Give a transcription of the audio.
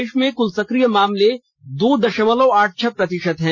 देश में कुल सक्रिय मामले दो दशमलव आठ छह प्रतिशत है